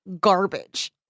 garbage